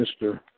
Mr. –